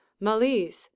malise